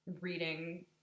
reading